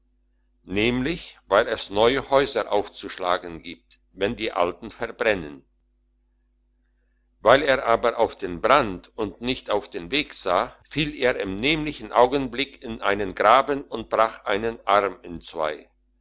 nämlich weil es neue häuser aufzuschlagen gibt wenn die alten verbrennen weil er aber auf den brand und nicht auf den weg sah fiel er im nämlichen augenblick in einen graben und brach einen arm entzwei